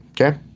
Okay